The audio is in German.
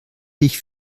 dich